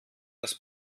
das